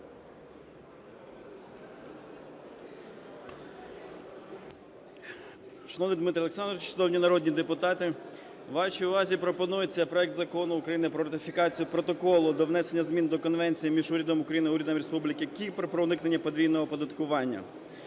Шановний Дмитро Олександрович, шановні народні депутати! Вашій увазі пропонується проект Закону України про ратифікацію Протоколу про внесення змін до Конвенції між Урядом України і Урядом Республіки Кіпр про уникнення подвійного оподаткування.